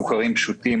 סוכרים פשוטים,